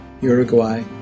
Uruguay